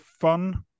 fun